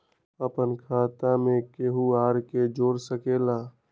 अपन खाता मे केहु आर के जोड़ सके ला?